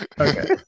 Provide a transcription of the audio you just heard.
Okay